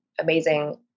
amazing